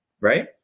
right